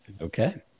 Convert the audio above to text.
Okay